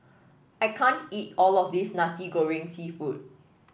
I can't eat all of this Nasi Goreng seafood